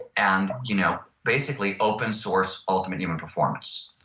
and you know basically open source ultimate human performance.